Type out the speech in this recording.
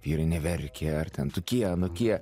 vyrai neverkia ar ten tokie anokie